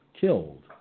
killed